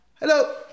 hello